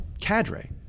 cadre